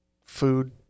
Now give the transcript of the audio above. food